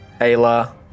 Ayla